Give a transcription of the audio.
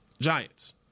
Giants